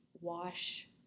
wash